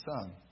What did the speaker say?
son